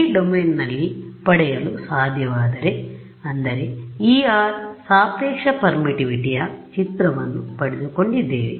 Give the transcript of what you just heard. ಈ ಡೊಮೇನ್ನಲ್ಲಿ ಪಡೆಯಲು ಸಾಧ್ಯವಾದರೆ ಅಂದರೆ εr ಸಾಪೇಕ್ಷ ಪರ್ಮಿಟಿವಿಟಿಯ ಚಿತ್ರವನ್ನು ಪಡೆದುಕೊಂಡಿದ್ದೇವೆ